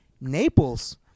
Naples